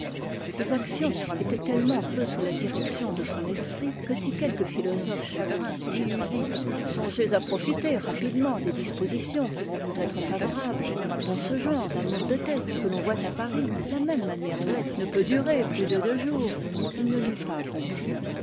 ses actions étaient tellement peu sous la direction de son esprit que si quelque philosophe chagrin lui eût dit songez à profiter rapidement des dispositions qui vont vous être favorables dans ce genre d'amour de tête que l'on voit à paris la même manière d'être ne peut durer plus de deux jours il ne l'eût pas compris